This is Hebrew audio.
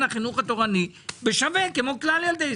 החינוך התורני בשווה כמו כלל ילדי ישראל.